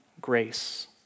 grace